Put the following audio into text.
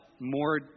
more